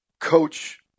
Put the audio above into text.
coach